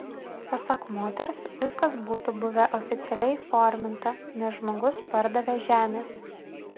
pasak moters viskas būtų buvę oficialiai įforminta nes žmogus pardavė žemės